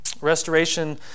Restoration